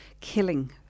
killing